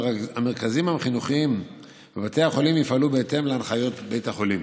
המרכזים החינוכיים בבתי החולים יפעלו בהתאם להנחיות בתי החולים.